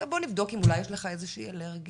בואו נבדוק אם אולי יש לך איזושהי אלרגיה?